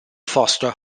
foster